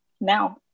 now